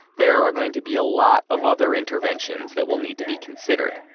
there are going to be a lot of other interventions that will need to be considered,